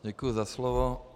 Děkuji za slovo.